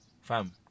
Fam